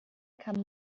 kam